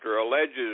alleges